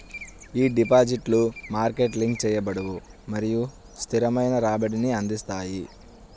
ఈ డిపాజిట్లు market link చేయబడవు మరియు స్థిరమైన రాబడిని అందిస్తాయి